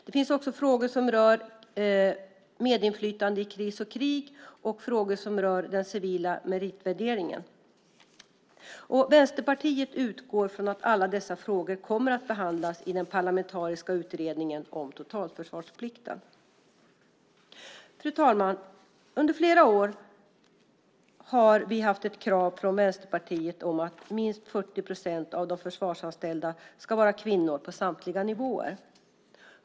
Det finns också frågor som rör medinflytande i kris och krig och frågor som rör den civila meritvärderingen. Vänsterpartiet utgår från att alla dessa frågor kommer att behandlas i den parlamentariska utredningen om totalförsvarsplikten. Fru talman! Under flera år har vi i Vänsterpartiet haft ett krav på att minst 40 procent av de försvarsanställda på samtliga nivåer ska vara kvinnor.